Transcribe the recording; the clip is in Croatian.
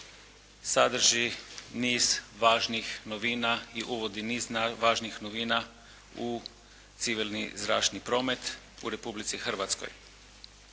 sadrži niz važnih novina i uvodi niz važnih novina u civilni zračni promet u Republici Hrvatskoj.